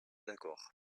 d’accord